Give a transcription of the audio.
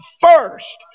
first